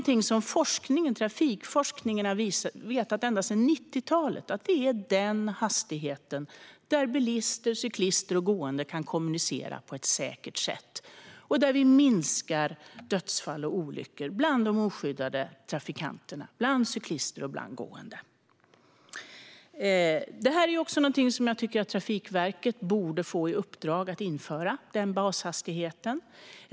Trafikforskningen har vetat ända sedan 90talet att det är den hastigheten där bilister, cyklister och gående kan kommunicera på ett säkert sätt, och dödsfall och olyckor minskar bland de oskyddade trafikanterna, cyklisterna och gående. Trafikverket borde få i uppdrag att införa den bashastigheten.